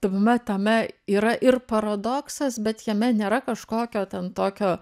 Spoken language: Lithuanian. tame tame yra ir paradoksas bet jame nėra kažkokio ten tokio